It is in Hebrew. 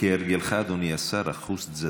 כהרגלך, אדוני השר, אחוז תזזית.